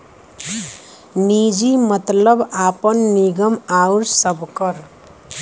निजी मतलब आपन, निगम आउर सबकर